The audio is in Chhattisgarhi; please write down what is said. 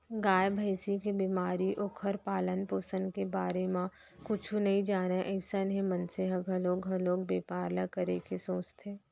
गाय, भँइसी के बेमारी, ओखर पालन, पोसन के बारे म कुछु नइ जानय अइसन हे मनसे ह घलौ घलोक बैपार ल करे के सोचथे